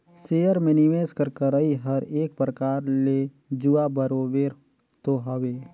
share में निवेस कर करई हर एक परकार ले जुआ बरोबेर तो हवे